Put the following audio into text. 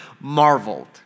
marveled